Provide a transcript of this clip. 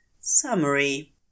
SUMMARY